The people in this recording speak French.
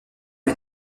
ont